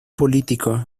político